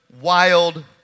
Wild